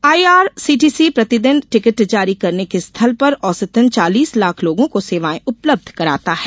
IRCTC प्रतिदिन ticket जारी करने के स्थल पर औसतन चालीस लाख लोगों को सेवाएं उपलब्धं कराता है